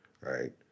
right